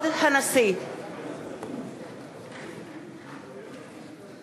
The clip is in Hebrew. מר ראובן רובי ריבלין והגברת נחמה ריבלין,